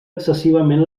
excessivament